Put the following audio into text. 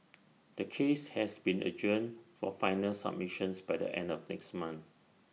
the case has been adjourned for final submissions by the end of next month